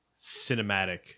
cinematic